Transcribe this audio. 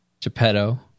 Geppetto